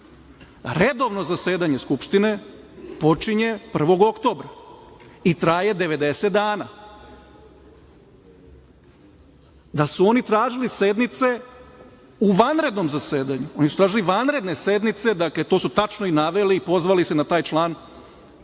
zasedanje Skupštine počinje 1. oktobra i traje 90 dana. Da su oni tražili sednice u vanrednom zasedanju, oni su tražili vanredne sednice, dakle to su tačno naveli, pozvali se na taj član Ustava